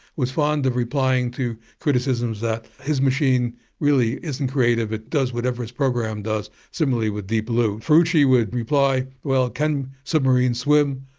was fond of replying to criticisms that his machine really isn't creative it does whatever its program does. similarly with deep blue. ferrucci would reply, well can submarines swim?